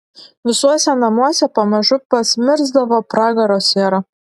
visuose namuose pamažu pasmirsdavo pragaro siera